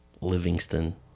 Livingston